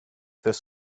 this